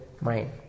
mind